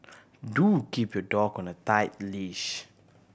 Do keep your dog on a tight leash